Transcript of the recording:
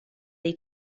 dei